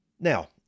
Now